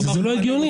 זה לא הגיוני.